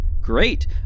Great